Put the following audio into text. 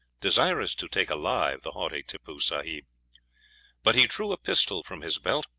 desirous to take alive the haughty tippoo sahib but he drew a pistol from his belt,